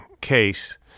case